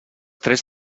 tres